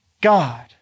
God